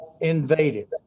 Invaded